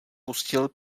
pustil